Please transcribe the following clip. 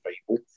people